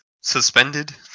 suspended